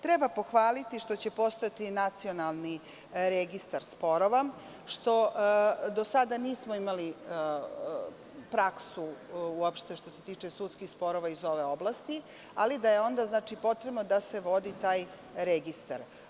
Treba pohvaliti što će postojati i nacionalni registar sporova, što do sada nismo imali praksu uopšte što se tiče sudskih sporova iz ove oblasti, ali da je onda potrebno da se vodi taj registar.